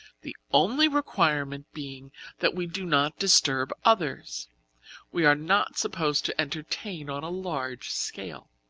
the only requirement being that we do not disturb others we are not supposed to entertain on a large scale.